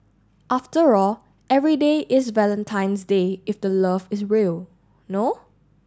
after all every day is Valentine's Day if the love is real no